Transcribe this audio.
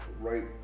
right